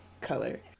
color